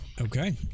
Okay